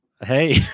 Hey